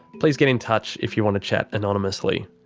please get in touch if you want to chat anonymously.